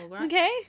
Okay